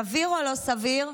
סביר או לא סביר?